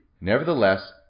Nevertheless